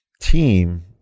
team